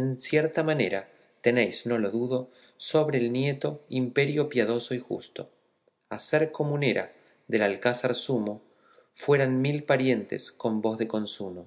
en cierta manera tenéis no lo dudo sobre el nieto imperio padoso y justo a ser comunera del alcázar sumo fueran mil parientes con vos de consuno